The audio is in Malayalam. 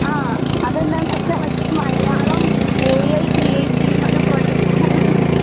ആ അതെന്താന്ന് വെച്ചാൽ മലയാളം എ ഐ ക്രിയേറ്റ് ചെയ്യുന്നൊരു പ്രോജക്ടായിരുന്നു